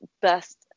best